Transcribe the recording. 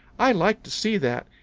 i like to see that.